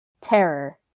Terror